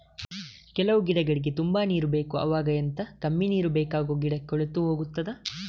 ಕೆಲವು ಗಿಡಗಳಿಗೆ ತುಂಬಾ ನೀರು ಬೇಕು ಅವಾಗ ಎಂತ, ಕಮ್ಮಿ ನೀರು ಬೇಕಾಗುವ ಗಿಡ ಕೊಳೆತು ಹೋಗುತ್ತದಾ?